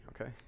okay